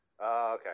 Okay